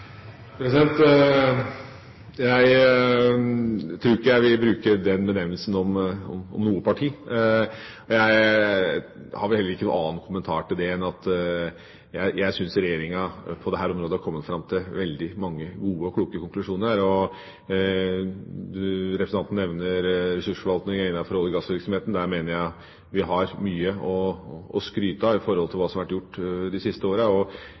Jeg tror ikke jeg vil bruke den benevnelsen om noe parti. Jeg har vel heller ikke noen annen kommentar til det enn at jeg syns regjeringa på dette området har kommet fram til veldig mange gode og kloke konklusjoner. Representanten nevner ressursforvaltningen innenfor olje- og gassvirksomheten. Der mener jeg at vi har mye å skryte av i forhold til hva som har vært gjort de siste årene. Og